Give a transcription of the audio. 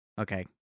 okay